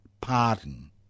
pardon